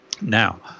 Now